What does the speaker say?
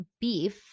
beef